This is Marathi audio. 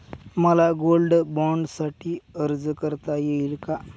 मला गोल्ड बाँडसाठी अर्ज करता येईल का?